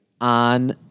on